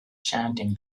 chanting